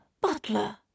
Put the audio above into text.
Butler